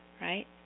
right